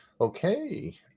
okay